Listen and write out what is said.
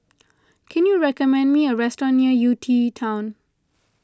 can you recommend me a restaurant near U T town